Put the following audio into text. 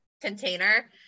container